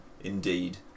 indeed